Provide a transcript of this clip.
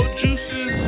juices